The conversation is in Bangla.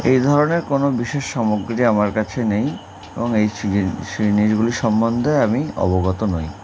এই ধরনের কোনো বিশেষ সামগ্রী আমার কাছে নেই এবং এই জিনি জিনিসগুলি সম্বন্ধে আমি অবগত নই